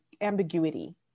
ambiguity